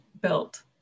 built